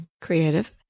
Creative